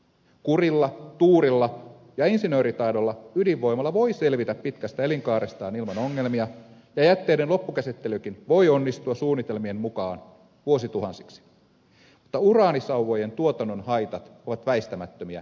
kurilla tuurilla ja insinööritaidolla ydinvoimala voi selvitä pitkästä elinkaarestaan ilman ongelmia ja jätteiden loppukäsittelykin voi onnistua suunnitelmien mukaan vuosituhansiksi mutta uraanisauvojen tuotannon haitat ovat väistämättömiä ja välittömiä